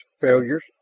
failures